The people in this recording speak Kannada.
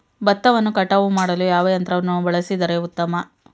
ಭತ್ತವನ್ನು ಕಟಾವು ಮಾಡಲು ಯಾವ ಯಂತ್ರವನ್ನು ಬಳಸಿದರೆ ಉತ್ತಮ?